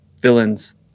villains